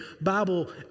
Bible